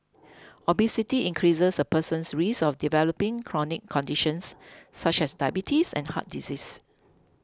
obesity increases a person's risk of developing chronic conditions such as diabetes and heart disease